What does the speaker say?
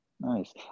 Nice